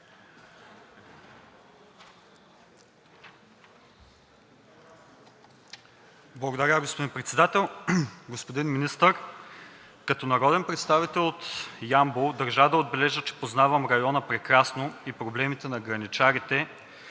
Благодаря, господин Председател. Господин Министър, като народен представител от Ямбол държа да отбележа, че познавам и района прекрасно, и проблемите на граничарите,